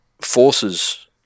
forces